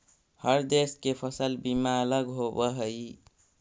हर देश के फसल बीमा अलग होवऽ हइ